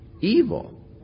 evil